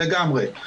לגמרי.